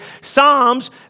Psalms